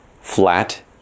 flat